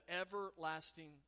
everlasting